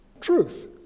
Truth